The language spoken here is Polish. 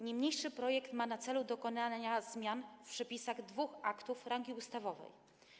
Niniejszy projekt ma na celu dokonanie zmian w przepisach dwóch aktów rangi ustawowej.